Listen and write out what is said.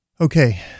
Okay